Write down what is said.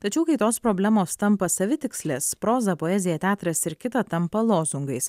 tačiau kai tos problemos tampa savitikslės proza poezija teatras ir kita tampa lozungais